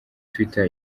twitter